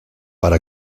para